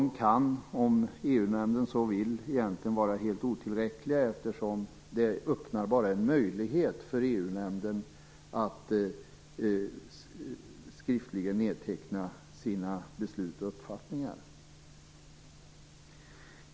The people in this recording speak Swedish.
De kan, om EU-nämnden så vill, egentligen vara helt otillräckliga, eftersom detta bara öppnar en möjlighet för EU-nämnden att skriftligen nedteckna sina beslut och uppfattningar.